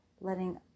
letting